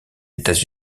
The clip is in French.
états